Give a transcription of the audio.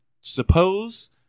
suppose